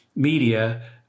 media